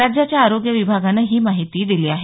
राज्याच्या आरोग्य विभागानं ही माहिती दिली आहे